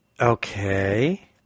Okay